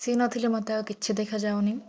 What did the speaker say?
ସିଏ ନଥିଲେ ମୋତେ ଆଉ କିଛି ଦେଖାଯାଉନି